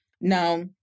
Now